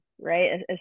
right